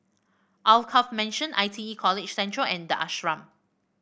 Alkaff Mansion I T E College Central and the Ashram